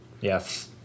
Yes